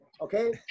okay